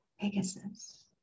Pegasus